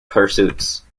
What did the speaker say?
pursuits